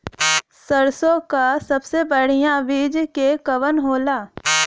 सरसों क सबसे बढ़िया बिज के कवन होला?